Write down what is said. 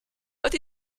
but